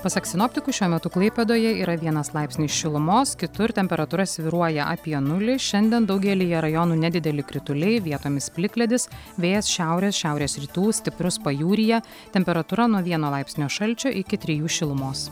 pasak sinoptikų šiuo metu klaipėdoje yra vienas laipsnis šilumos kitur temperatūra svyruoja apie nulį šiandien daugelyje rajonų nedideli krituliai vietomis plikledis vėjas šiaurės šiaurės rytų stiprus pajūryje temperatūra nuo vieno laipsnio šalčio iki trijų šilumos